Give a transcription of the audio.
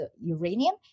uranium